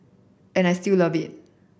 and I still love it